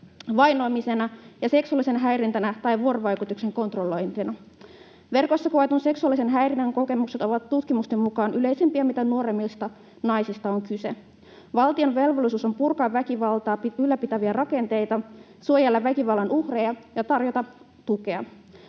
vainoamisena ja seksuaalisena häirintänä tai vuorovaikutuksen kontrollointina. Verkossa koetun seksuaalisen häirinnän kokemukset ovat tutkimusten mukaan sitä yleisempiä, mitä nuoremmista naisista on kyse. Valtion velvollisuus on purkaa väkivaltaa ylläpitäviä rakenteita, suojella väkivallan uhreja ja tarjota tukea.